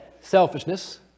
selfishness